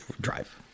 Drive